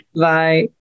Bye